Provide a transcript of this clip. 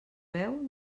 veu